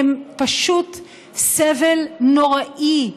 הם פשוט סבל נוראי,